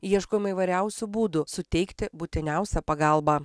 ieškoma įvairiausių būdų suteikti būtiniausią pagalbą